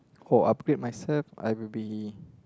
or upgrade myself I will be